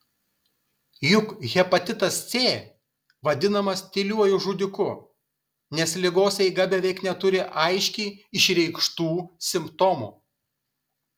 juk hepatitas c vadinamas tyliuoju žudiku nes ligos eiga beveik neturi aiškiai išreikštų simptomų